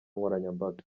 nkoranyambaga